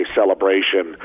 celebration